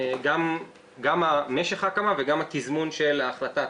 גם משך ההקמה וגם התזמון של ההחלטה,